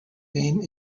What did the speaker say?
game